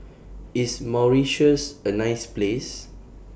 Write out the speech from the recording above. IS Mauritius A nice Place